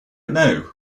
know